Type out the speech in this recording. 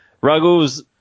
Ruggles